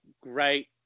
great